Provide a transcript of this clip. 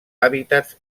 hàbitats